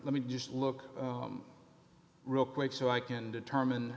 let me just look real quick so i can determine